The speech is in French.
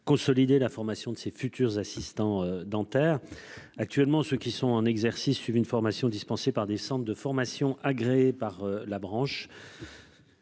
consolider la formation des futurs assistants dentaires. Ceux qui sont en exercice suivent une formation dispensée par des centres de formation agréés par la branche.